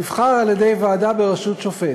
הוא נבחר על-ידי ועדה בראשות שופט.